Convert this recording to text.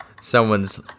someone's